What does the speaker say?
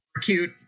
cute